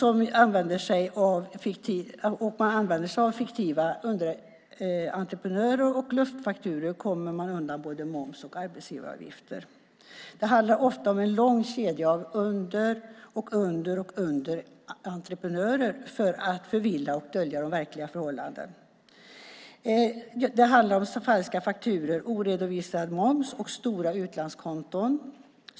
Om man använder sig av fiktiva underentreprenörer och luftfakturor kommer man undan både moms och arbetsgivaravgifter. Det handlar ofta om en lång kedja av under-, under och underentreprenörer för att förvilla och dölja de verkliga förhållandena. Det handlar om falska fakturor, oredovisad moms och stora utlandskonton.